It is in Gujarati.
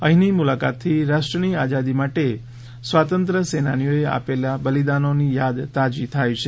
અહીંની મુલાકાતથી રાષ્ટ્રની આઝાદી માટે સ્વાતંત્ર્ય સેનાનીઓએ આપેલા બલીદાનો યાદ તાજી થાય છે